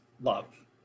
love